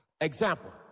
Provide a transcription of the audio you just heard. Example